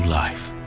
life